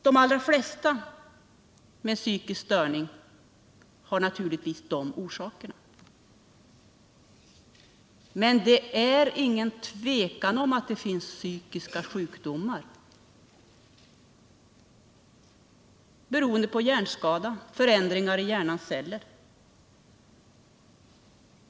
De flesta psykiska störningar har naturligtvis de orsakerna, men det är ingen tvekan om att det finns psykiska sjukdomar beroende på hjärnskador och förändringar i hjärnceller.